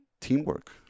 teamwork